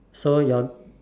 so your